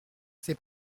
c’est